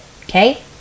okay